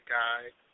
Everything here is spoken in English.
guide